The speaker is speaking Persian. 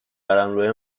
قلمروه